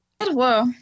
whoa